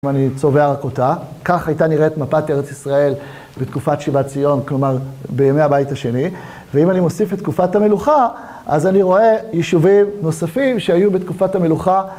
אני צובע רק אותה, כך הייתה נראית מפת ארץ ישראל בתקופת שיבת ציון, כלומר, בימי הבית השני. ואם אני מוסיף לתקופת המלוכה, אז אני רואה יישובים נוספים שהיו בתקופת המלוכה.